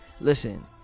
Listen